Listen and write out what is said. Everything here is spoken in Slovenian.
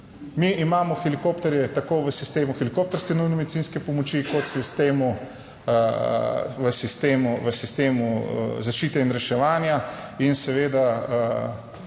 Mi imamo helikopterje tako v sistemu helikopterske nujne medicinske pomoči kot v sistemu v sistemu zaščite in reševanja. In seveda